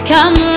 Come